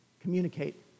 communicate